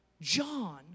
John